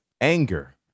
anger